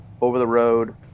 over-the-road